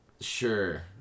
Sure